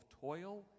toil